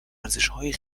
ارزشهای